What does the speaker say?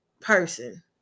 person